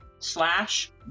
slash